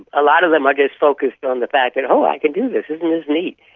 a lot of them are just focused on the fact that, oh, i can do this. isn't this neat?